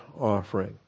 offering